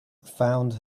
found